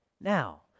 now